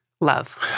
love